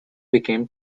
became